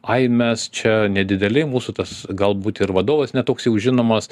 ai mes čia nedideli mūsų tas galbūt ir vadovas ne toks jau žinomas